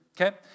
Okay